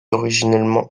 originellement